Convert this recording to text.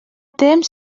temps